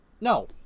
no